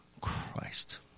Christ